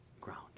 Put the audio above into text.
ground